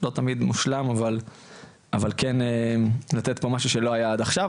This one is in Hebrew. לא תמיד מושלם, אבל כן לתת פה משהו שלא היה עכשיו.